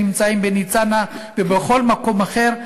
שנמצאים בניצנה ובכל מקום אחר,